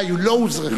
אה, היא לא אוזרחה.